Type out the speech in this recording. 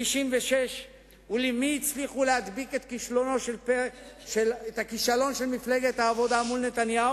ב-1996 ולמי הצליחו להדביק את הכישלון של מפלגת העבודה מול נתניהו?